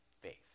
faith